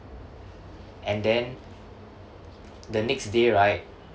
and then the next day right